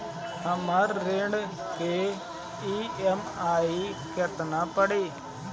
हमर ऋण के ई.एम.आई केतना पड़ी?